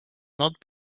not